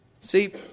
See